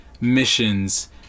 Missions